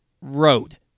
road